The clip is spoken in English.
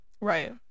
Right